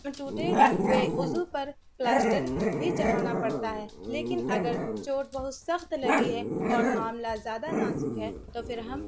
ٹوٹے ہوئے عضو پر پلاسٹر بھی چڑھانا پڑتا ہے لیکن اگر چوٹ بہت سخت لگی ہے اور معاملہ زیادہ نازک ہے تو پھر ہم